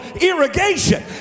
irrigation